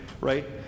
right